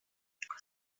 der